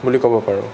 বুলি ক'ব পাৰোঁ